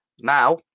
Now